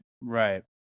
right